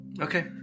okay